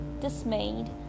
dismayed